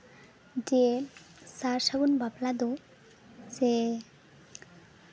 ᱡᱮ ᱥᱟᱨᱼᱥᱟᱹᱜᱩᱱ ᱵᱟᱯᱞᱟ ᱫᱚ ᱥᱮ